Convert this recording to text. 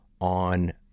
on